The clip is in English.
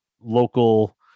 local